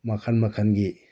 ꯃꯈꯜ ꯃꯈꯜꯒꯤ